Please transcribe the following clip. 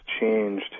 changed